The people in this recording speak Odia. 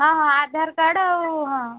ହଁ ହଁ ଆଧାର କାର୍ଡ଼୍ ଆଉ ହଁ